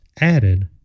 added